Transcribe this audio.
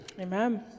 Amen